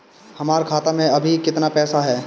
हमार खाता मे अबही केतना पैसा ह?